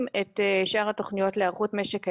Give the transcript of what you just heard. את שאר התוכניות להיערכות משק האנרגיה.